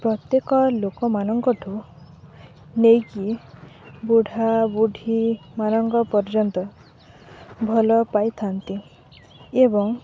ପ୍ରତ୍ୟେକ ଲୋକମାନଙ୍କଠୁ ନେଇକି ବୁଢ଼ା ବୁଢ଼ୀମାନଙ୍କ ପର୍ଯ୍ୟନ୍ତ ଭଲ ପାଇଥାନ୍ତି ଏବଂ